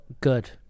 good